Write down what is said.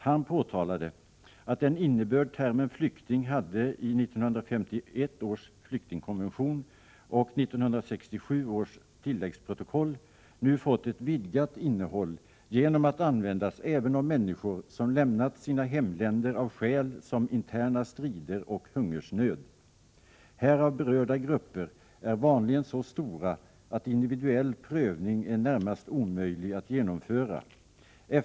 Han påtalade att den innebörd termen flykting hade i 1951 års flyktingkonvention och 1967 års tilläggsprotokoll nu fått ett vidgat innehåll genom att användas även om människor, som lämnat sina hemländer av skäl som interna strider och hungersnöd. Härav berörda grupper är vanligen så stora att individuell prövning är närmast omöjlig att genomföra.